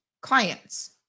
clients